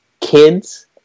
kids